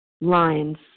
lines